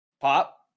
pop